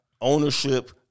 Ownership